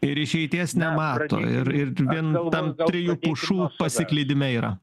ir išeities nemato ir ir vien tam trijų pušų pasiklydime yra